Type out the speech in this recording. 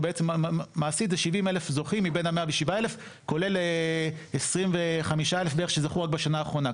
מעשית זה 70,000 זוכים מבין ה-107,000 כולל 25,000 שזכו רק בשנה האחרונה.